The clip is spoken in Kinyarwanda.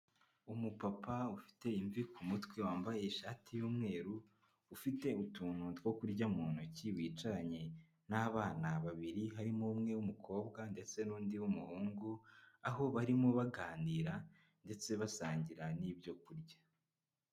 Umupapa ufite imvi ku mutwe wambaye ishati y'umweru, ufite utuntu two kurya mu ntoki wicaranye n'abana babiri, harimo umwe w'umukobwa ndetse n'undi w'umuhungu, aho barimo baganira ndetse basangira n'ibyo kurya.